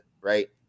Right